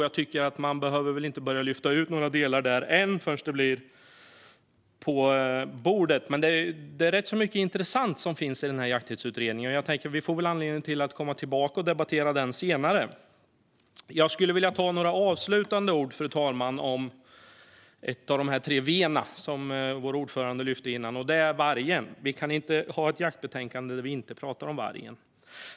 Jag tycker inte att man behöver lyfta ut några delar förrän det hela ligger på bordet, men det är rätt mycket intressant som finns i denna jakttidsutredning. Vi får väl anledning att återkomma och debattera den senare. Fru talman! Jag skulle vilja säga några avslutande ord om ett av de tre v:n som vår ordförande lyfte upp tidigare, nämligen vargen. Vi kan inte debattera ett jaktbetänkande och inte tala om vargen.